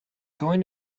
going